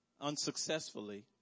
unsuccessfully